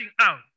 out